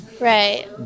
Right